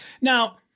Now